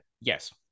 Yes